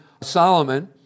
Solomon